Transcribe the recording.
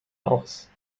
aus